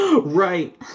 Right